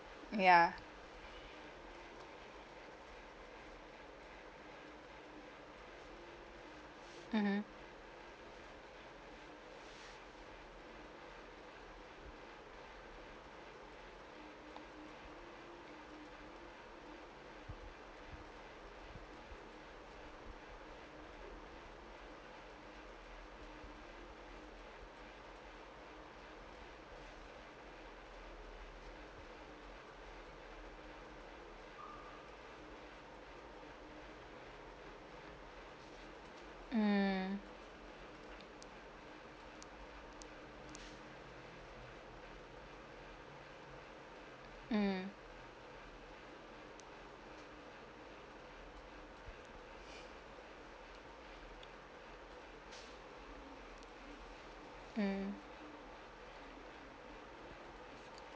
mm ya mmhmm mm mm mm